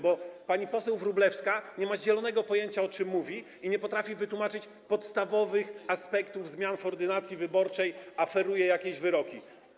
Bo pani poseł Wróblewska nie ma zielonego pojęcia, o czym mówi, i nie potrafi wytłumaczyć podstawowych aspektów zmian w ordynacji wyborczej, a feruje jakieś wyroki.